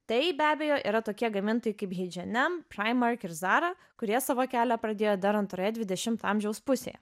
tai be abejo yra tokie gamintojai kaip heidž en em praimark ir zara kurie savo kelią pradėjo dar antroje dvidešimto amžiaus pusėje